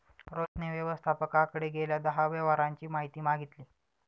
रोहितने व्यवस्थापकाकडे गेल्या दहा व्यवहारांची माहिती मागितली